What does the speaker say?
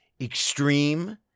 extreme